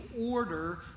order